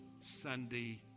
Sunday